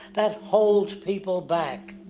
that holds people back.